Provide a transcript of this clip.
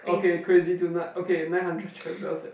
okay crazy tonight okay nine hundred chapters eh